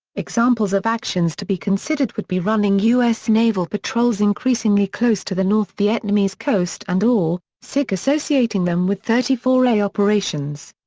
examples of actions to be considered would be running us naval patrols increasingly close to the north vietnamese coast and or so like associating them with thirty four a operations.